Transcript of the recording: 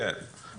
נכון.